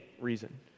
reason